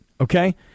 Okay